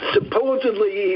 Supposedly